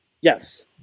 Yes